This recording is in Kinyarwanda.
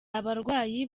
abarwayi